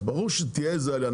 אז ברור שתהיה איזה עלייה,